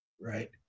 right